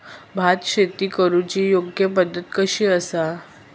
भात शेती करुची योग्य पद्धत कशी आसा?